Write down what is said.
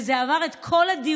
וזה עבר את כל הדיונים,